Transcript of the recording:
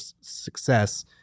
success